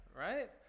right